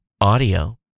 audio